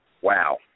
wow